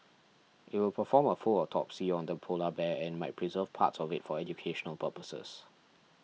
it will perform a full autopsy on the polar bear and might preserve parts of it for educational purposes